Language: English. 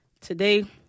today